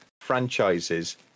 franchises